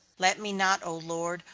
let me not, o lord,